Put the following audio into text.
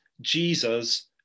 Jesus